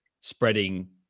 spreading